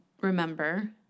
remember